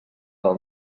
del